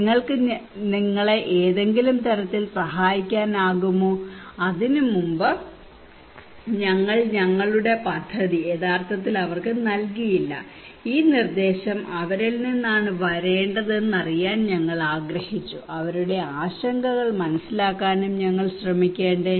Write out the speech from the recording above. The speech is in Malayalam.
നിങ്ങൾക്ക് നിങ്ങളെ എന്തെങ്കിലും തരത്തിൽ സഹായിക്കാനാകുമോ അതിനുമുമ്പ് ഞങ്ങൾ ഞങ്ങളുടെ പദ്ധതി യഥാർത്ഥത്തിൽ അവർക്ക് നൽകിയില്ല ഈ നിർദ്ദേശം അവരിൽ നിന്നാണ് വരേണ്ടതെന്ന് അറിയാൻ ഞങ്ങൾ ആഗ്രഹിച്ചു അവരുടെ ആശങ്കകൾ മനസിലാക്കാനും ഞങ്ങൾ ശ്രമിക്കേണ്ടേ